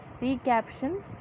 recaption